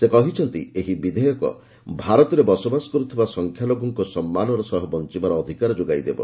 ସେ କହିଛନ୍ତି ଏହି ବିଧେୟକ ଭାରତରେ ବସବାସ କରୁଥିବା ସଂଖ୍ୟାଲଘୁମାନଙ୍କୁ ସମ୍ମାନର ସହ ବଞ୍ଚବାର ଅଧିକାର ଯୋଗାଇ ଦେବ